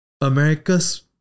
America's